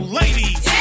ladies